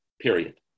period